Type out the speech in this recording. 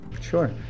sure